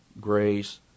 grace